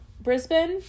Brisbane